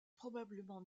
probablement